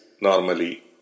normally